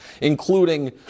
including